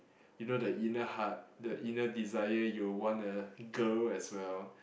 you know the inner heart the inner desire you will want a girl as well